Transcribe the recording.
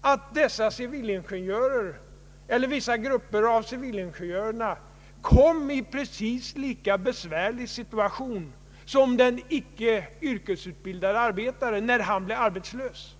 att dessa civilingenjörer eller vissa grupper av civilingenjörer kom i en precis lika besvärlig situation som den icke yrkesutbildade arbetaren när han blev arbetslös.